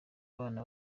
abana